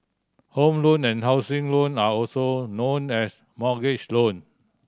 Home Loan and housing loan are also known as mortgage loan